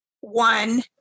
one